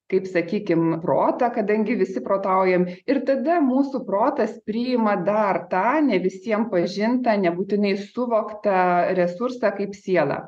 kaip sakykim protą kadangi visi protaujam ir tada mūsų protas priima dar tą ne visiem pažintą nebūtinai suvoktą resursą kaip sielą